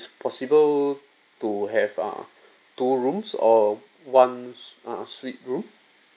it's possible to have err two rooms or one err suite room